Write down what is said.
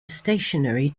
stationary